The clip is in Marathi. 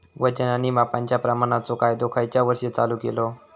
वजन आणि मापांच्या प्रमाणाचो कायदो खयच्या वर्षी चालू केलो?